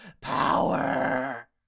power